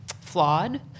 flawed